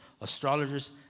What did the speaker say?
astrologers